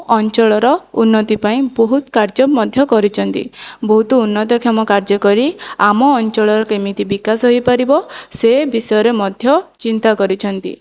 ଅଞ୍ଚଳର ଉନ୍ନତି ପାଇଁ ବହୁତ କାର୍ଯ୍ୟ ମଧ୍ୟ କରିଛନ୍ତି ବହୁତ ଉନ୍ନତକ୍ଷମ କାର୍ଯ୍ୟ କରି ଆମ ଅଞ୍ଚଳର କେମିତି ବିକାଶ ହୋଇପାରିବ ସେ ବିଷୟରେ ମଧ୍ୟ ଚିନ୍ତା କରିଛନ୍ତି